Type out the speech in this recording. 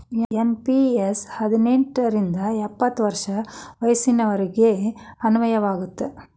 NPS ಹದಿನೆಂಟ್ ರಿಂದ ಎಪ್ಪತ್ ವರ್ಷ ವಯಸ್ಸಿನೋರಿಗೆ ಅನ್ವಯ ಆಗತ್ತ